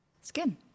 Skin